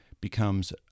becomes